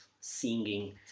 singing